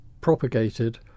propagated